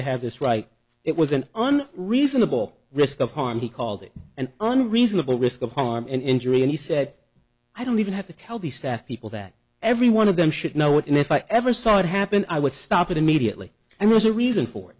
i have this right it was an on reasonable risk of harm he called it an unreasonable risk of harm and injury and he said i don't even have to tell the staff people that every one of them should know it and if i ever saw it happen i would stop it immediately and was a reason for